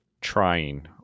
trying